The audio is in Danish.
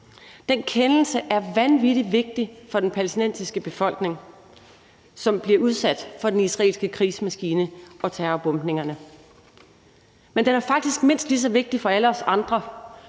Den kendelse er vanvittig vigtig for den palæstinensiske befolkning, som bliver udsat for den israelske krigsmaskine og terrorbombningerne. Men den er faktisk mindst lige så vigtig for alle os andre,